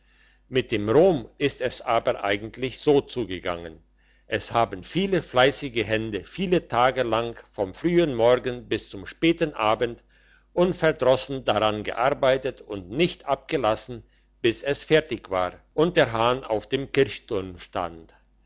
mit dem rom ist es aber eigentlich so zugegangen es haben viele fleissige hände viele tage lang vom frühen morgen bis zum späten abend unverdrossen daran gearbeitet und nicht abgelassen bis es fertig war und der hahn auf dem kirchturm stand